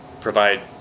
provide